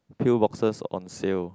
pill boxes on sale